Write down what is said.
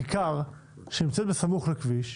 כיכר שנמצאת בסמוך לכביש,